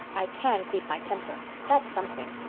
i can keep my temper. that's something.